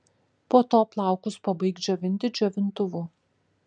po to plaukus pabaik džiovinti džiovintuvu